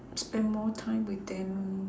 spend more time with them